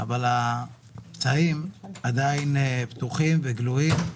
אבל הפצעים עדיין פתוחים וגלויים.